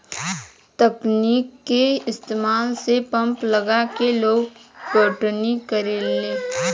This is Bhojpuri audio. तकनीक के इस्तमाल से पंप लगा के लोग पटौनी करेला